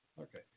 Okay